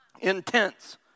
Intense